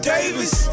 Davis